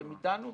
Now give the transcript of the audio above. אתם איתנו?